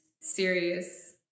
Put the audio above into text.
serious